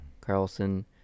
carlson